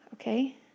Okay